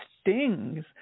Stings